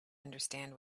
understand